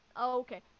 okay